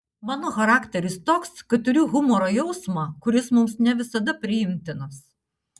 mano charakteris toks kad turiu humoro jausmą kuris mums ne visada priimtinas